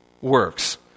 works